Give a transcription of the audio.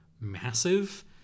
massive